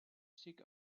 seek